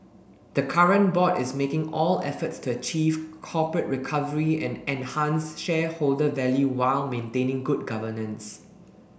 the current board is making all efforts to achieve corporate recovery and enhance shareholder value while maintaining good governance